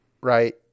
right